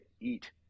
eat